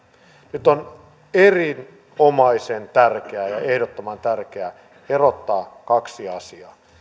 nyt on erinomaisen tärkeää ja ehdottoman tärkeää erottaa kaksi asiaa